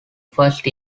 first